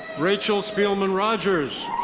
rachel spielman rogers.